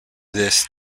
this